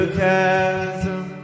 chasm